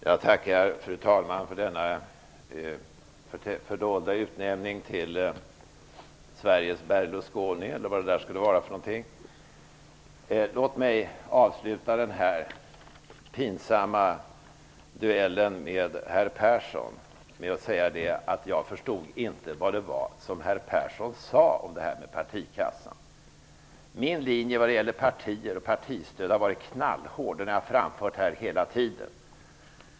Fru talman! Jag tackar för den fördolda utnämningen till Sveriges Berlusconi -- eller vad det nu skulle vara för någonting. Låt mig avsluta den här pinsamma duellen med herr Persson med att säga att jag inte förstod vad det var som herr Persson sade om partikassan. Min linje vad gäller partier och partistöd har varit knallhård. Det har jag framfört hela tiden.